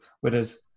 whereas